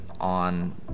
on